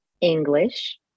English